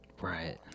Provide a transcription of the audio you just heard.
right